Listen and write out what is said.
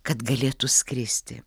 kad galėtų skristi